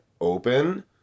open